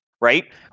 right